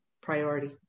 priority